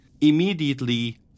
immediately